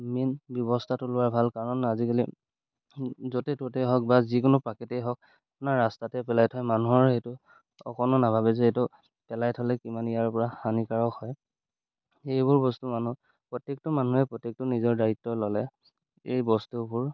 main ব্যৱস্থাটো লোৱাৰ ভাল কাৰণ আজিকালি য'তে ত'তেই হওক বা যিকোনো পেকেটেই হওক আপোনাৰ ৰাস্তাতে পেলাই থয় মানুহৰ সেইটো অকণো নাভাবে যে এইটো পেলাই থ'লে কিমান ইয়াৰপৰা হানিকাৰক হয় সেইবোৰ বস্তু মানুহ প্ৰত্যেকটো মানুহে প্ৰত্যেকটো নিজৰ দায়িত্ব ল'লে এই বস্তুবোৰ